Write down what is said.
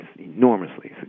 enormously